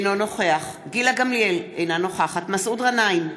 אינו נוכח גילה גמליאל, אינה נוכחת מסעוד גנאים,